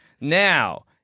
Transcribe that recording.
Now